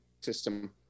system